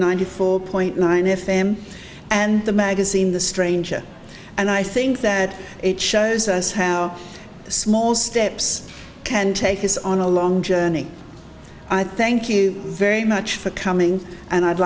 ninety four point nine f m and the magazine the stranger and i think that it shows us how small steps can take us on a long journey i thank you very much for coming and i'd